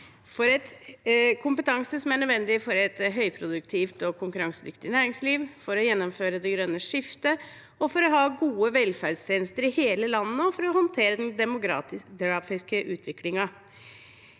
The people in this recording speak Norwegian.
kompetanse som er nødvendig for et høyproduktivt og konkurransedyktig næringsliv, for å gjennomføre det grønne skiftet, for å ha gode velferdstjenester i hele landet og for å håndtere den demografiske utviklingen.